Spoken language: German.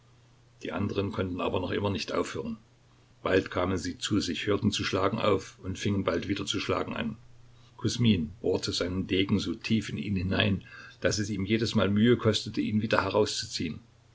die anderen konnten aber noch immer nicht aufhören bald kamen sie zu sich hörten zu schlagen auf und fingen bald wieder zu schlagen an kusmin bohrte seinen degen so tief in ihn hinein daß es ihm jedesmal mühe kostete ihn wieder herauszuziehen